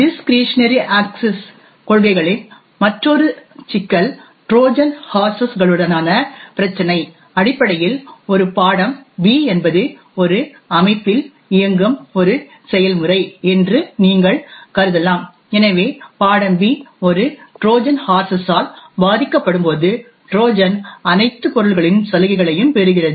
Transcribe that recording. discretionary access கொள்கைகளின் மற்றொரு சிக்கல் ட்ரோஜன் ஹார்ஸஸ்களுடனான பிரச்சினை அடிப்படையில் ஒரு பாடம் B என்பது ஒரு அமைப்பில் இயங்கும் ஒரு செயல்முறை என்று நீங்கள் கருதலாம் எனவே பாடம் B ஒரு ட்ரோஜன் ஹார்ஸஸ் ஆல் பாதிக்கப்படும்போது ட்ரோஜன் அனைத்து பொருள்களின் சலுகைகளையும் பெறுகிறது